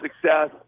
success